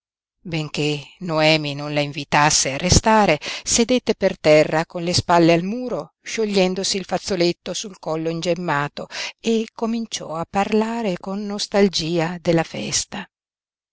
benché noemi non la invitasse a restare sedette per terra con le spalle al muro sciogliendosi il fazzoletto sul collo ingemmato e cominciò a parlare con nostalgia della festa